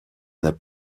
n’est